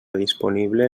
disponible